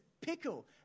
pickle